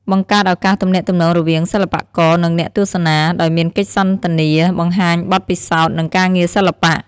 បង្កើតឱកាសទំនាក់ទំនងរវាងសិល្បករ និងអ្នកទស្សនា ដោយមានកិច្ចសន្ទនាបង្ហាញបទពិសោធន៍ និងការងារសិល្បៈ។